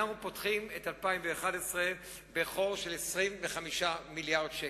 אנחנו פותחים את 2011 בחור של 21 מיליארד שקל,